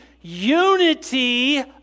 unity